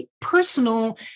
personal